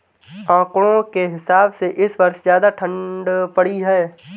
आंकड़ों के हिसाब से इस वर्ष ज्यादा ठण्ड पड़ी है